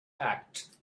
act